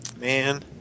Man